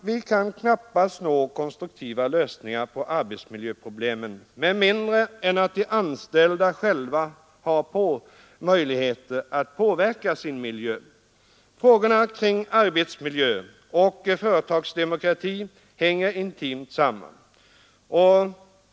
Vi kan knappast nå konstruktiva lösningar av arbetsmiljöproblemen med mindre än att de anställda själva har möjligheter att påverka sin miljö. Frågorna kring arbetsmiljö och företagsdemokrati hänger intimt samman.